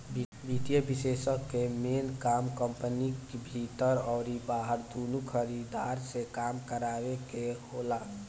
वित्तीय विषेशज्ञ कअ मेन काम कंपनी भीतर अउरी बहरा दूनो खरीदार से काम करावे कअ होला